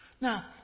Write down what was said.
Now